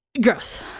Gross